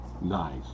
Nice